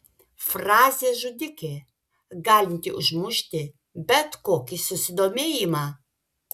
frazė žudikė galinti užmušti bet kokį susidomėjimą